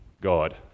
God